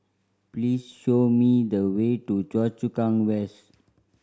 please show me the way to Choa Chu Kang West